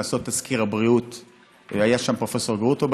היה שם פרופ' גרוטו,